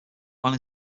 while